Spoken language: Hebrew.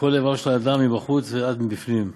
כל אבריו של אדם מבחוץ ואת מבפנים,